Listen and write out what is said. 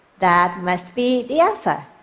that must be the answer.